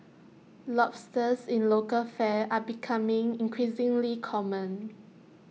lobsters in local fare are becoming increasingly common